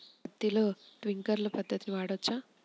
పత్తిలో ట్వింక్లర్ పద్ధతి వాడవచ్చా?